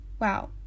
wow